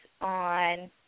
on